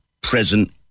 present